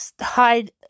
hide